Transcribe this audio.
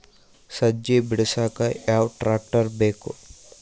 ಸಜ್ಜಿ ಬಿಡಸಕ ಯಾವ್ ಟ್ರ್ಯಾಕ್ಟರ್ ಬೇಕು?